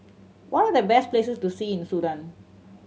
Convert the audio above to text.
what are the best places to see in Sudan